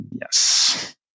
yes